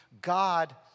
God